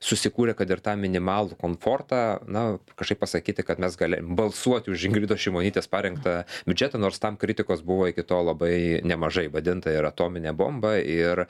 susikūrė kad ir tą minimalų komfortą na kažkaip pasakyti kad mes galė balsuoti už ingridos šimonytės parengtą biudžetą nors tam kritikos buvo iki tol labai nemažai vadinta ir atominė bomba ir